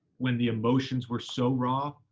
when the emotions were so raw,